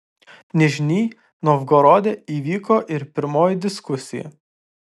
nižnij novgorode įvyko ir pirmoji diskusija